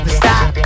stop